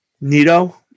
Nito